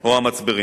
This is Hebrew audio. או המצברים.